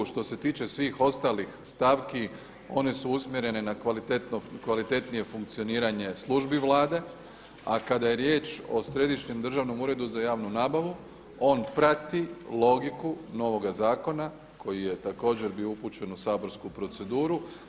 Što se tiče svih ostalih stavki one su usmjerene na kvalitetnije funkcioniranje službi Vlade a kada je riječ o Središnjem državnom uredu za javnu nabavu on prati logiku novoga zakona koji je također bio upućen u saborsku proceduru.